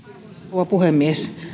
rouva puhemies